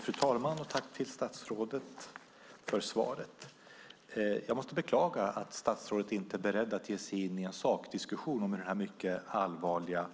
Fru talman! Jag tackar statsrådet för svaret. Jag beklagar att statsrådet inte är beredd att ge sig in i en sakdiskussion om hur denna mycket allvarliga